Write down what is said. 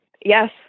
Yes